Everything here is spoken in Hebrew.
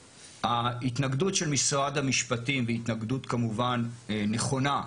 ההתנגדות של משרד המשפטים, והתנגדות כמובן נכונה,